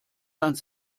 ans